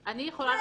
ועדיין אפשר לשקול.